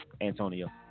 Antonio